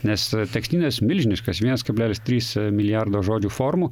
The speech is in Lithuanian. nes tekstynas milžiniškas vienas kablelis trys milijardo žodžių formų